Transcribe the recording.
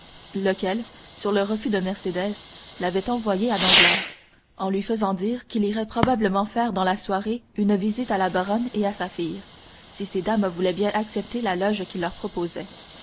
lequel sur le refus de mercédès l'avait envoyée à danglars en lui faisant dire qu'il irait probablement faire dans la soirée une visite à la baronne et à sa fille si ces dames voulaient bien accepter la loge qu'il leur proposait